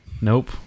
nope